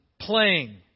playing